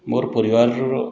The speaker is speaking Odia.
ମୋର ପରିବାରର